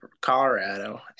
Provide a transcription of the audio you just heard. Colorado